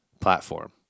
platform